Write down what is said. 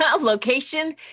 location